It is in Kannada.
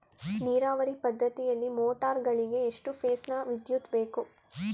ನೀರಾವರಿ ಪದ್ಧತಿಯಲ್ಲಿ ಮೋಟಾರ್ ಗಳಿಗೆ ಎಷ್ಟು ಫೇಸ್ ನ ವಿದ್ಯುತ್ ಬೇಕು?